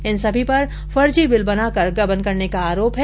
इन सभी पर फर्जी बिल बनाकर गबन करने का आरोप है